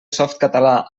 softcatalà